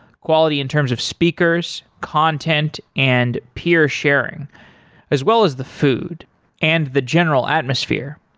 quality in terms of speakers, content and peer sharing as well as the food and the general atmosphere.